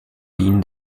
dienen